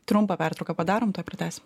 trumpą pertrauką padarom tuoj pratęsim